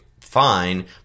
fine